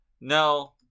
No